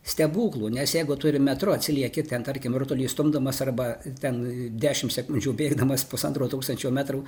stebuklų nes jeigu tu ir metru atsileki ten tarkim rutulį stumdamas arba ten dešimt sekundžių bėgdamas pusantro tūkstančio metrų